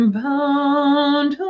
bound